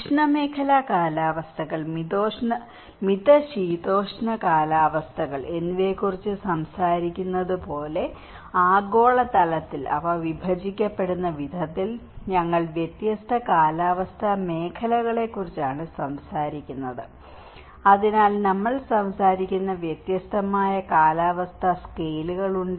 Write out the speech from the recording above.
ഉഷ്ണമേഖലാ കാലാവസ്ഥകൾ മിതശീതോഷ്ണ കാലാവസ്ഥകൾ എന്നിവയെക്കുറിച്ച് സംസാരിക്കുന്നതുപോലെ ആഗോളതലത്തിൽ അവ വിഭജിക്കപ്പെടുന്ന വിധത്തിൽ ഞങ്ങൾ വ്യത്യസ്ത കാലാവസ്ഥാ മേഖലകളെക്കുറിച്ചാണ് സംസാരിക്കുന്നത് അതിനാൽ നമ്മൾ സംസാരിക്കുന്ന വ്യത്യസ്തമായ കാലാവസ്ഥാ സ്കെയിലുകളുണ്ട്